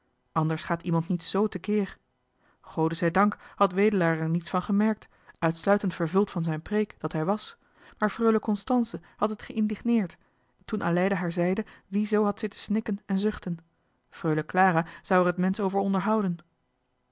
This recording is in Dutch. anders gaat iemand niet z te keer gode zij dank had wedelaar er niets van gemerkt uitsluitend vervuld van zijn preek dat hij was maar freule constance had het geïndigneerd toen aleida haar zeide wie zoo had zitten snikken en zuchten freule clara zou er het mensch over onderhouden